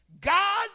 God